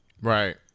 Right